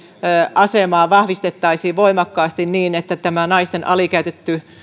asemaa vahvistettaisiin voimakkaasti niin että tämä naisten alikäytetty